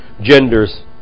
genders